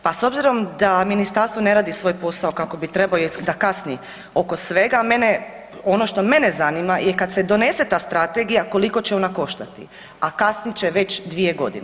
Pa s obzirom da Ministarstvo ne radi svoj posao kako bi trebao, da kasni oko svega, mene, ono što mene zanima je kad se donese ta strategija koliko će ona koštati, a kasnit će već 2.g.